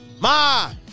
Ma